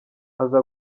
azi